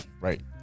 Right